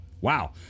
wow